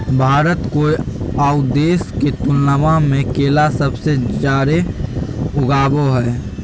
भारत कोय आउ देश के तुलनबा में केला सबसे जाड़े उगाबो हइ